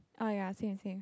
oh ya same same